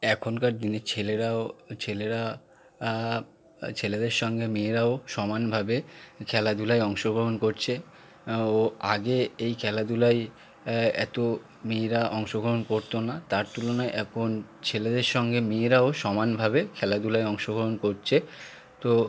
এখনকার দিনে ছেলেরাও ছেলেরা ছেলেদের সঙ্গে মেয়েরাও সমানভাবে খেলাধূলায় অংশগ্রহণ করছে ও আগে এই খেলাধূলায় এত মেয়েরা অংশগ্রহণ করত না তার তুলনায় এখন ছেলেদের সঙ্গে মেয়েরাও সমানভাবে খেলাধূলায় অংশগ্রহণ করছে তো